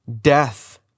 death